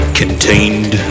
contained